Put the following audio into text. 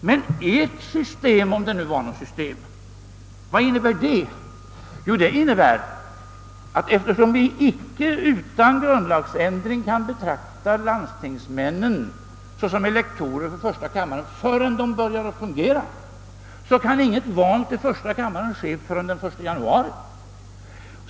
Men ert system, om det nu var något system, vad innebär det? Jo, eftersom vi inte utan grundlagsändring kan betrakta landstingsmännen såsom elektorer för första kammaren förrän de börjar fungera, så kan inget val till första kammaren ske förrän den 1 januari.